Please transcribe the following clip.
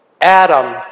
Adam